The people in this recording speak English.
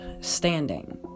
standing